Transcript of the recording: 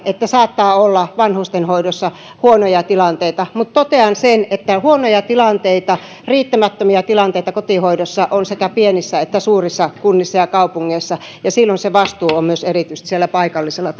että saattaa olla vanhustenhoidossa huonoja tilanteita mutta totean sen että huonoja tilanteita riittämättömiä tilanteita kotihoidossa on sekä pienissä että suurissa kunnissa ja kaupungeissa ja silloin myös se vastuu on erityisesti siellä paikallisella